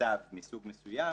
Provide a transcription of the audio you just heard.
צו מסוג מסוים